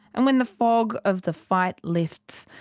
and when the fog of the fight lifts,